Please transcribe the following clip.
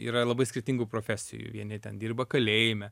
yra labai skirtingų profesijų vieni ten dirba kalėjime